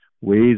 ways